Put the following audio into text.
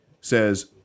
says